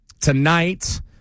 tonight